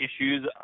issues